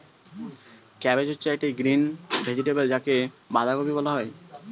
cabbage হচ্ছে একটি green vegetable যাকে বাঁধাকপি বলা হয়